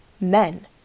men